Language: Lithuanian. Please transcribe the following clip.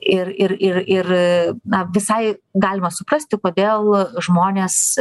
ir ir ir ir na visai galima suprasti kodėl žmonės